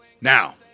Now